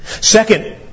Second